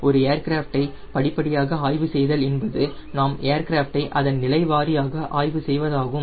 ஒரு ஏர்கிராஃப்டை படிப்படியாக ஆய்வு செய்தல் என்பது நாம் ஏர்கிராஃப்டை அதன் நிலை வாரியாக ஆய்வு செய்வதாகும்